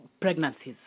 pregnancies